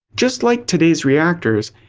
just like today's reactors,